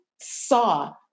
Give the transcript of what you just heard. saw